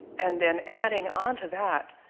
and then adding onto that,